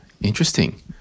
Interesting